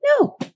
No